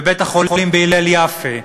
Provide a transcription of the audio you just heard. בבית-החולים הלל יפה,